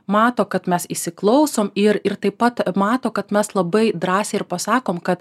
mato kad mes įsiklausom ir ir taip pat mato kad mes labai drąsiai ir pasakom kad